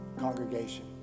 congregation